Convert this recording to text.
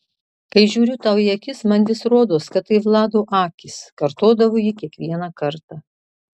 kai žiūriu tau į akis man vis rodos kad tai vlado akys kartodavo ji kiekvieną kartą